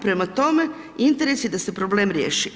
Prema tome, interes je da se problem riješi.